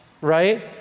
right